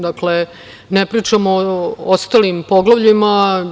Dakle, ne pričamo o ostalim poglavljima.